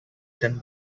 done